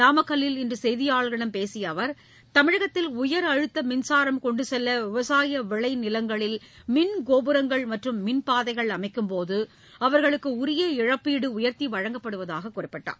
நாமக்கல்லில் இன்று செய்தியாளா்களிடம் பேசிய அவா் தமிழகத்தில் உயரழுத்த மின்சாரம் கொண்டு செல்ல விவசாய விளை நிலங்களில் மின் கோபுரங்கள் மற்றும் மின் பாதைகள் அமைக்கும்போது அவர்களுக்கு உரிய இழப்பீடு உயர்த்தி வழங்கப்படுவதாகக் கூறினார்